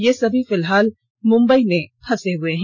ये सभी फिलहाल मुंबई में फंसे हुए हैं